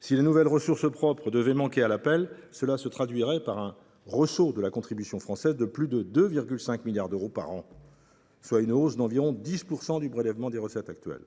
Si les nouvelles ressources propres devaient manquer à l’appel, cela se traduirait par un ressaut de la contribution française de plus de 2,5 milliards d’euros par an, soit une hausse d’environ 10 % du prélèvement sur recettes actuel.